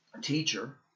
Teacher